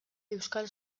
euskal